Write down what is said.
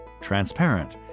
transparent